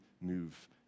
move